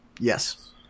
Yes